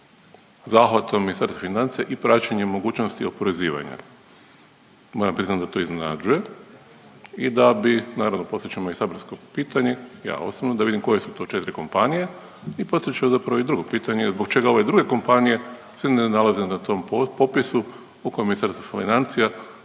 zahvatom Ministarstva financija i praćenje mogućnosti oporezivanja. Moram priznat da to iznenađuje i da bi naravno i poslat ćemo i saborsko pitanje, ja osobno, da vidim koje su to četri kompanije i postavit ću zapravo i drugo pitanje zbog čega ove druge kompanije se ne nalaze na tom popisu u kojem Ministarstvo financija